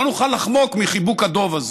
לא נוכל לחמוק מחיבוק הדוב הזה.